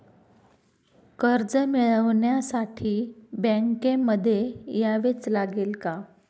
कर्ज मिळवण्यासाठी बँकेमध्ये यावेच लागेल का?